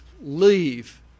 leave